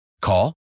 Call